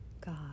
God